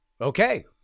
okay